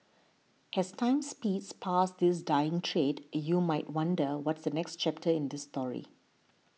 as time speeds past this dying trade you might wonder what's the next chapter in this story